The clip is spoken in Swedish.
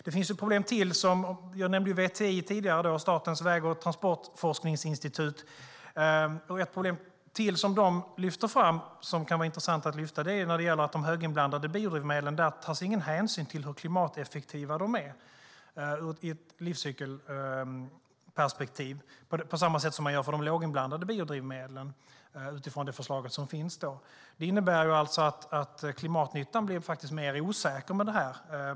Det finns ett problem till som det kan vara intressant att lyfta upp och som har lyfts fram av VTI, Statens väg och transportforskningsinstitut som jag nämnde tidigare. Det gäller att det, utifrån det förslag som finns, inte tas samma hänsyn till hur klimateffektiva de höginblandade biodrivmedlen är i ett livscykelperspektiv som för de låginblandade biodrivmedlen. Det innebär att klimatnyttan faktiskt blir mer osäker.